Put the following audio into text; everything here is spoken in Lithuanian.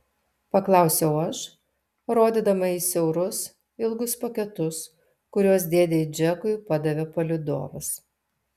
paklausiau aš rodydama į siaurus ilgus paketus kuriuos dėdei džekui padavė palydovas